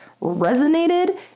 resonated